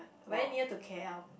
where near to K_L